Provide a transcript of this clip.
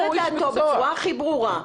ואומר את דעתו בצורה הכי ברורה.